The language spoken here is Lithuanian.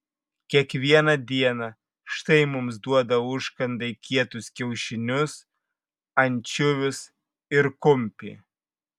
kiekvieną dieną štai mums duoda užkandai kietus kiaušinius ančiuvius ir kumpį